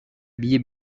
billet